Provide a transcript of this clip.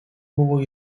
buvo